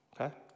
Okay